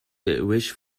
wish